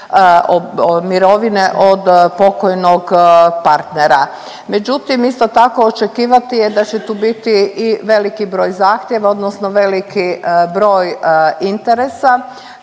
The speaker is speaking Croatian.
mirovine od pokojnog partnera. Međutim, isto tako očekivati je da će tu biti i veliki broj zahtjeva, odnosno veliki broj interesa,